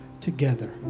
together